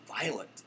violent